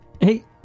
hey